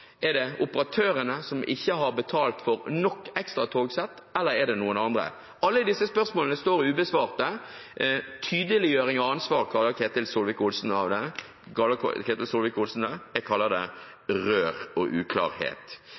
Er det operatørene som ikke har betalt for nok ekstratogsett, eller er det noen andre? Alle disse spørsmålene står ubesvart. Tydeliggjøring av ansvar, kaller Ketil Solvik-Olsen det. Jeg kaller det rør og uklarhet.